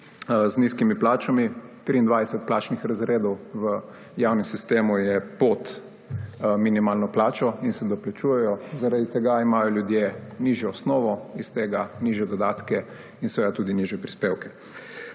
z nizkimi plačami, 23. plačnih razredov v javnem sistemu je pod minimalno plačo in se doplačujejo. Zaradi tega imajo ljudje nižjo osnovo, iz tega nižje dodatke in seveda tudi nižje prispevke.